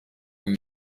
buri